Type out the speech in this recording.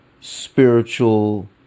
spiritual